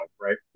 right